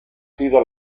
sido